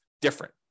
different